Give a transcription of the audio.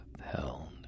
held